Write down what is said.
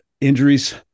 injuries